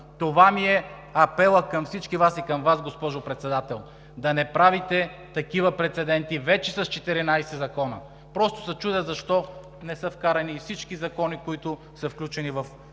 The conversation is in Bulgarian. Това е апелът ми към всички и към Вас, госпожо Председател, да не правите вече такива прецеденти с 14 закона. Просто се чудя защо не са вкарани и всички закони, които са включени в